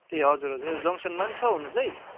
ए हजुर हजुर ए जङ्गसनमा पनि छ हुनु चाहिँ